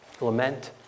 lament